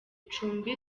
cumbi